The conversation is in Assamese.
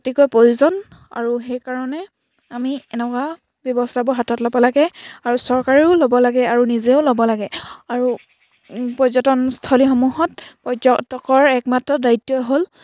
অতিকৈ প্ৰয়োজন আৰু সেইকাৰণে আমি এনেকুৱা ব্যৱস্থাবোৰ হাতত ল'ব লাগে আৰু চৰকাৰেও ল'ব লাগে আৰু নিজেও ল'ব লাগে আৰু পৰ্যটনস্থলীসমূহত পৰ্যটকৰ একমাত্ৰ দায়িত্ব হ'ল